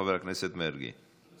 חבר הכנסת איציק שמולי, שלוש